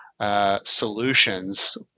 Solutions